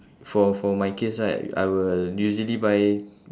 for for my case right I will usually buy